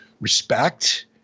respect